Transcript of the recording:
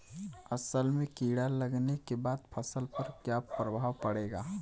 असल में कीड़ा लगने के बाद फसल पर क्या प्रभाव पड़ेगा?